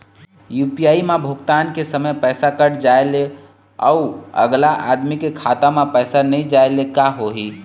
UPI म भुगतान के समय पैसा कट जाय ले, अउ अगला आदमी के खाता म पैसा नई जाय ले का होही?